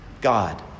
God